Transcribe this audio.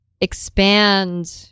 expand